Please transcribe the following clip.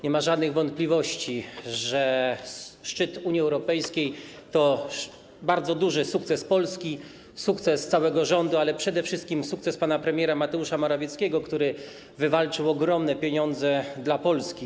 Nie ma żadnych wątpliwości, że szczyt Unii Europejskiej to bardzo duży sukces Polski, sukces całego rządu, ale przede wszystkim sukces pana premiera Mateusza Morawieckiego, który wywalczył ogromne pieniądze dla Polski.